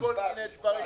וכל מיני דברים כאלה.